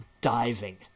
diving